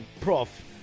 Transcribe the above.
Prof